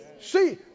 See